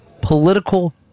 political